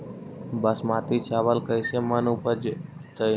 बासमती चावल कैसे मन उपज देतै?